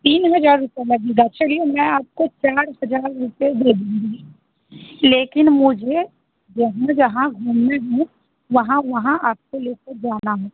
तीन हज़ार रुपये लगेगा चलिए मैं आपको चार हज़ार रुपये दे दूँगी लेकिन मुझे जहाँ जहाँ घूमना है वहाँ वहाँ आपको लेकर जाना है